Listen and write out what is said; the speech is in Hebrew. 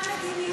מגנה מדיניות,